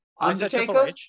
Undertaker